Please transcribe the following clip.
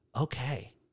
Okay